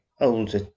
older